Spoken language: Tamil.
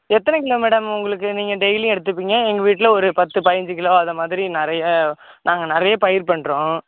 எத்தனை கிலோ மேடம் உங்களுக்கு நீங்கள் டெய்லியும் எடுத்துப்பீங்க எங்கள் வீட்டில் ஒரு பத்து பதிஞ்சி கிலோ அதை மாதிரி நிறையா நாங்கள் நிறைய பயிர் பண்ணுறோம்